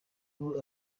ubu